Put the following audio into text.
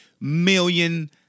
million